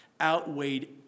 outweighed